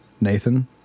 Nathan